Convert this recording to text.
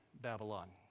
Babylon